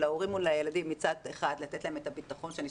ההורים מול הילדים מצד אחד לתת להם את הביטחון שההורה